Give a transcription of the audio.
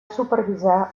supervisar